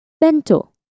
Bento